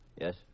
Yes